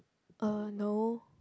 uh no